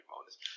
bonus